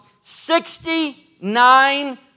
Sixty-nine